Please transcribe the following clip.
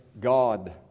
God